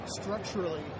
structurally